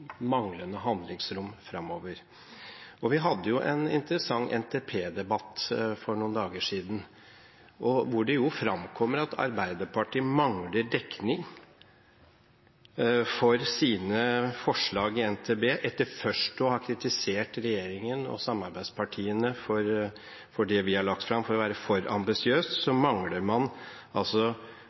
manglende handlingsrom framover. Vi hadde en interessant NTP-debatt for noen dager siden, hvor det framkom at Arbeiderpartiet mangler dekning for sine forslag i NTP. Etter først å ha kritisert det vi, regjeringen og samarbeidspartiene, har lagt fram, for å være for ambisiøst, mangler man altså